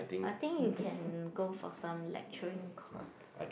I think you can go for some lecturing course